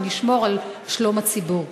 ונשמור על שלום הציבור.